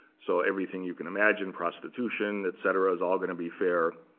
so everything you can imagine, prostitution, et cetera, is all going to be fair